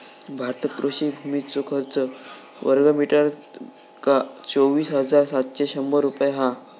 भारतात कृषि भुमीचो खर्च वर्गमीटरका चोवीस हजार सातशे शंभर रुपये हा